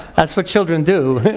that's what children do.